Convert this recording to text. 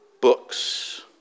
books